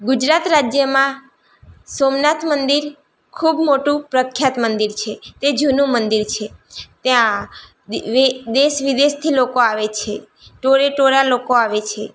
ગુજરાત રાજ્યમાં સોમનાથ મંદિર ખૂબ મોટું પ્રખ્યાત મંદિર છે તે જૂનું મંદિર છે ત્યાં દેશ વિદેશથી લોકો આવે છે ટોળેટોળા લોકો આવે છે